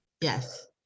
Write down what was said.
Yes